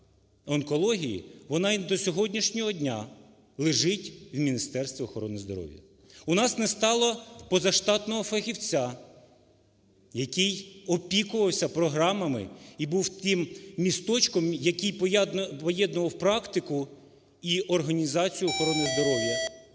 вона і до сьогоднішнього дня лежить у Міністерстві охорони здоров'я. У нас не стало позаштатного фахівця, який опікувався програмами і був тим місточком, який поєднував практику і організацію охорони здоров'я.